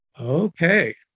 Okay